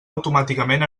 automàticament